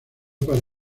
para